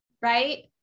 right